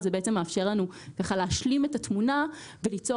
זה בעצם מאפשר לנו להשלים את התמונה וליצור